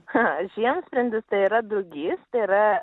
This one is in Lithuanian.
kasdien sprendi tai yra drugys tėra